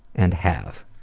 and have.